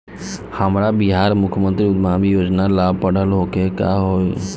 हमरा बिहार मुख्यमंत्री उद्यमी योजना ला पढ़ल होखे के होई का?